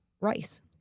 rice